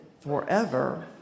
forever